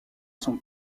son